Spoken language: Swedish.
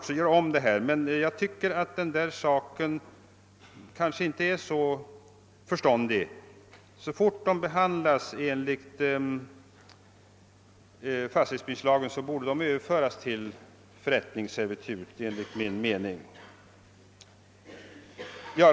Så fort ett servitut behandlas enligt fastighetsbildningslagen borde det enligt min mening överföras till att bli förrättningsservitut .